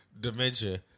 dementia